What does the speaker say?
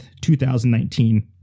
2019